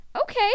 okay